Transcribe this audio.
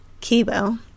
Kibo